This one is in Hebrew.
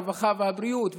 הרווחה והבריאות,